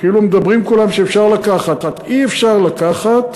כולם מדברים כאילו אפשר לקחת, אי-אפשר לקחת,